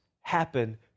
happen